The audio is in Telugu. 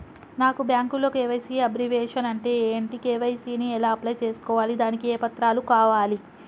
నాకు బ్యాంకులో కే.వై.సీ అబ్రివేషన్ అంటే ఏంటి కే.వై.సీ ని ఎలా అప్లై చేసుకోవాలి దానికి ఏ పత్రాలు కావాలి?